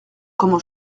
comment